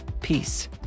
peace